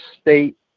State